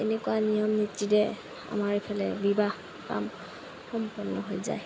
এনেকুৱা নিয়ম নীতিৰে আমাৰ এইফালে বিবাহ কাম সম্পন্ন হৈ য়ায়